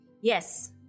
Yes